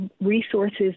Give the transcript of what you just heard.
resources